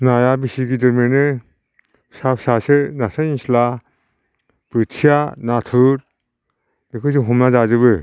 नाया बेसे गिदिर मोनो फिसा फिसासो नास्राय निस्ला बोथिया नाथुर बेखौ जों हमना जाजोबो